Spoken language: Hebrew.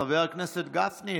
חבר הכנסת גפני,